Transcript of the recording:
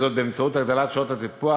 בהגדלת שעות הטיפוח.